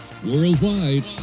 worldwide